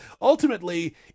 ultimately